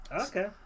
Okay